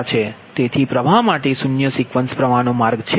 તેથી પ્રવાહ માટે શૂન્ય સિક્વન્સ પ્ર્વાહ નો માર્ગ છે